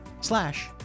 slash